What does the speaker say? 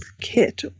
kit